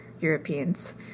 Europeans